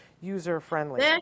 user-friendly